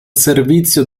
servizio